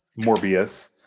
Morbius